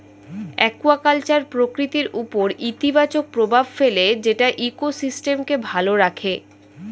aquaculture প্রকৃতির উপর ইতিবাচক প্রভাব ফেলে যেটা ইকোসিস্টেমকে ভালো রাখে